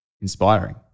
inspiring